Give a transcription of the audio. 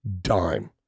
dime